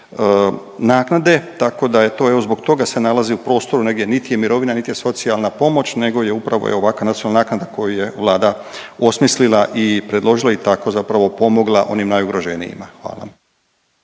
naknade tako da je to, zbog toga se nalazi u prostoru negdje niti je mirovina, niti je socijalna pomoć nego je upravo ovakva nacionalna naknada koju je Vlada osmislila i predložila i tako zapravo pomogla onim najugroženijima. Hvala.